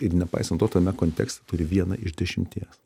ir nepaisant to tame kontekste turi vieną iš dešimties